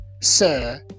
sir